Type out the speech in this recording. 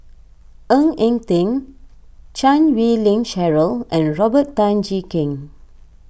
Ng Eng Teng Chan Wei Ling Cheryl and Robert Tan Jee Keng